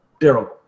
Daryl